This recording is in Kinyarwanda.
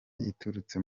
iturutse